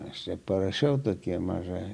aš parašiau tokia maža